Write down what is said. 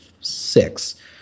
six